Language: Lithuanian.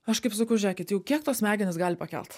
aš kaip sakau žiūrėkit jau kiek tos smegenys gali pakelt